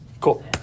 Cool